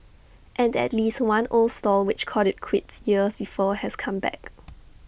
and at least one old stall which called IT quits years before has come back